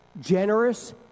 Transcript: generous